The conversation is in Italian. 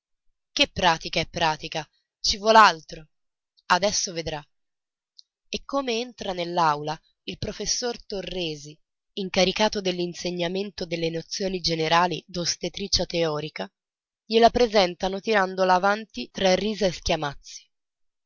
che pratica e pratica ci vuol altro adesso vedrà e come entra nell'aula il professor torresi incaricato dell'insegnamento delle nozioni generali d'ostetricia teorica gliela presentano tirandola avanti tra risa e schiamazzi